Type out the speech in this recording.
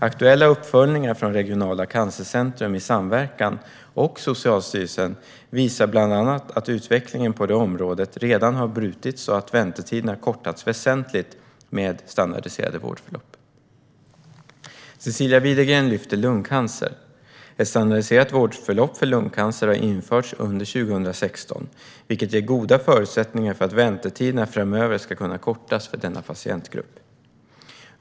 Aktuella uppföljningar från Regionala cancercentrum i samverkan och Socialstyrelsen visar bland annat att utvecklingen på det området redan har brutits och att väntetiderna kortats väsentligt med standardiserade vårdförlopp. Cecilia Widegren lyfter fram lungcancer. Ett standardiserat vårdförlopp för lungcancer har införts under 2016, vilket ger goda förutsättningar för att väntetiderna framöver ska kunna kortas för denna patientgrupp.